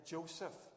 Joseph